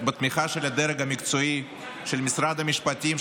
בתמיכה של הדרג המקצועי של משרד המשפטים,